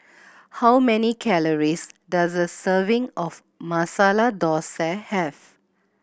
how many calories does a serving of Masala Dosa have